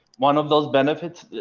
one of those benefits,